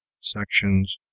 Sections